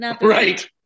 Right